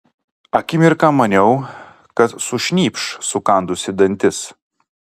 akimirką maniau kad sušnypš sukandusi dantis